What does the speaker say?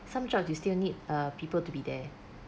some jobs you still need uh people to be there